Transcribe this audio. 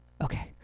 okay